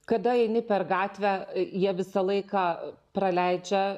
kada eini per gatvę jie visą laiką praleidžia